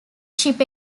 ship